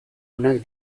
onak